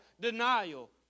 denial